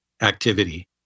activity